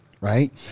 right